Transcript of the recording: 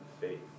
faith